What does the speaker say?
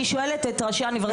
אני שואלת את ראשי האוניברסיטאות,